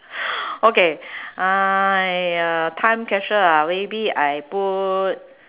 okay !aiya! time capsule ah maybe I put